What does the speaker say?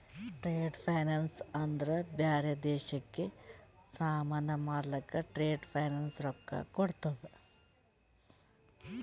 trade finance ಅಂದ್ರ ಬ್ಯಾರೆ ದೇಶಕ್ಕ ಸಾಮಾನ್ ಮಾರ್ಲಕ್ ಟ್ರೇಡ್ ಫೈನಾನ್ಸ್ ರೊಕ್ಕಾ ಕೋಡ್ತುದ್